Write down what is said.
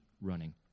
running